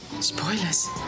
Spoilers